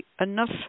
enough